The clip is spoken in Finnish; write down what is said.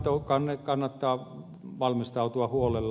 niihin kannattaa valmistautua huolella